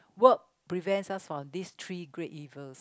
work prevents us from these three great evils